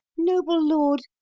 noble lord,